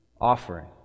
Offering